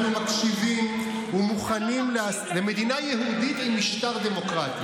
אנחנו מקשיבים ומוכנים למדינה יהודית עם משטר דמוקרטי.